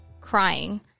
crying